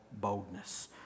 boldness